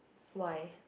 why